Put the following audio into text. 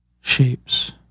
shapes